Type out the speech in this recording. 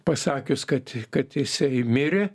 pasakius kad kad jisai mirė